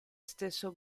stesso